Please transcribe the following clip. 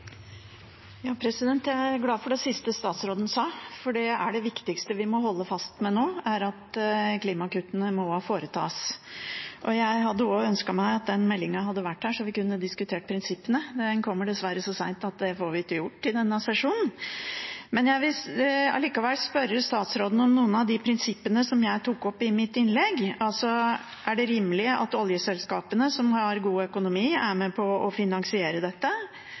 Jeg er glad for det siste statsråden sa, for det viktigste vi må holde fast ved nå, er at det må foretas klimakutt. Jeg hadde også ønsket meg at den meldingen hadde vært her, så vi kunne diskutert prinsippene. Den kommer dessverre så seint at det får vi ikke gjort i denne sesjonen. Jeg vil allikevel spørre statsråden om noen av de prinsippene jeg tok opp i mitt innlegg: Er det rimelig at oljeselskapene, som har god økonomi, er med på å finansiere dette?